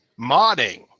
modding